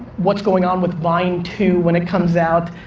what's going on with vine two when it comes out,